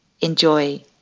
Enjoy